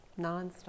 Nonstop